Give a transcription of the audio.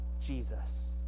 Jesus